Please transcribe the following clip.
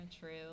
true